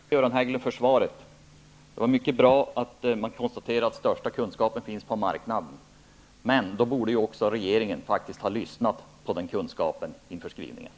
Fru talman! Jag tackar Göran Hägglund för svaret. Det var mycket bra att han konstaterade att den största kunskapen finns på marknaden, men då borde ju också regeringen ha tagit hänsyn till den kunskapen innan man skrev som man gjorde.